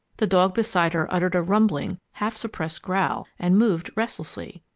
the dog beside her uttered a rumbling, half-suppressed growl and moved restlessly.